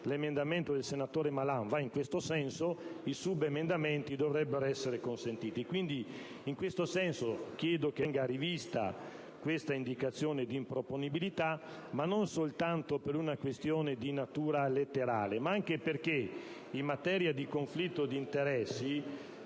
l'emendamento del senatore Malan va in tal senso, i subemendamenti dovrebbero essere consentiti. Quindi, in tal senso, chiedo che venga rivista questa indicazione di improponibilità, non soltanto per una questione di natura letterale, ma anche perché la materia del conflitto di interessi